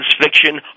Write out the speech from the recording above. fiction